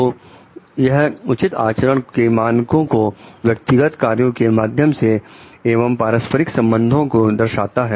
तो यह उचित आचरण के मानकों को व्यक्तिगत कार्यों के माध्यम से एवंपारस्परिक संबंधों को दर्शाता है